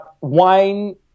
Wine